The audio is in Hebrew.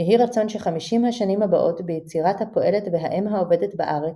יהי רצון שחמישים השנים הבאות ביצירת הפועלת והאם העובדת בארץ,